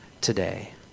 today